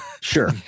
Sure